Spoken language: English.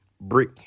brick